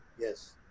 Yes